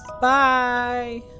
Bye